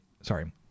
Sorry